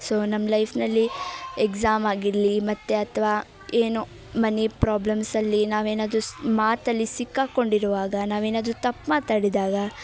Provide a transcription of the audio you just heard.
so ನಮ್ಮ ಲೈಫ್ನಲ್ಲಿ exam ಆಗಿರಲಿ ಮತ್ತು ಅಥ್ವಾ ಏನೋ ಮನಿ ಪ್ರಾಬ್ಲಮ್ಸ್ ಅಲ್ಲಿ ನಾವೇನಾದ್ರು ಸ್ ಮಾತಲ್ಲಿ ಸಿಕ್ಕಾಕಿಕೊಂಡಿರುವಾಗ ನಾವೇನಾದರು ತಪ್ಪು ಮಾತಾಡಿದಾಗ